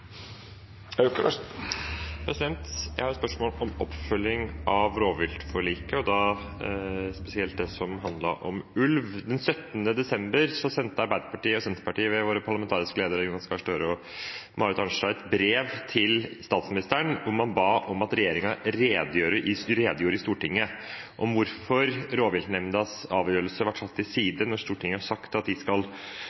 Jeg har et spørsmål om oppfølging av rovviltforliket, og spesielt det som handlet om ulv. Den 17. september sendte Arbeiderpartiet og Senterpartiet ved våre parlamentariske ledere Jonas Gahr Støre og Marit Arnstad et brev til statsministeren, hvor man ba regjeringen redegjøre i Stortinget for hvorfor rovviltnemndas avgjørelse var satt til